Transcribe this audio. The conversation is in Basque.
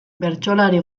bertsolari